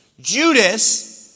Judas